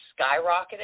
skyrocketed